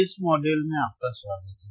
इस मॉड्यूल में आपका स्वागत है